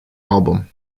album